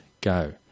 go